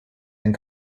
and